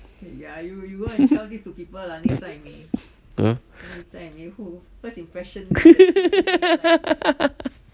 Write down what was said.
!huh!